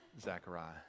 Zechariah